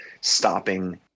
stopping